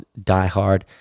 diehard